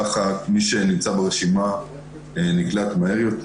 כך מי שנמצא ברשימה נקלט מהר יותר.